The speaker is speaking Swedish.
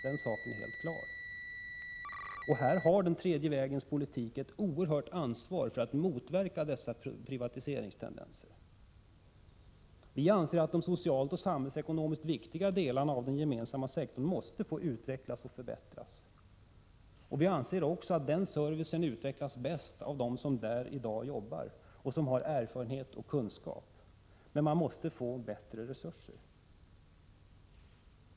Den saken är helt klar. I detta sammanhang har den tredje vägens politik ett oerhört stort ansvar för att motverka dessa privatiseringstendenser. Vi anser att de socialt och samhällsekonomiskt viktiga delarna av den gemensamma sektorn måste få utvecklas och förbättras. Vi anser också att den servicen utvecklas bäst av dem som arbetar där i dag och som har erfarenhet och kunskap. Men man måste få bättre resurser.